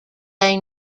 day